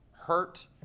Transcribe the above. hurt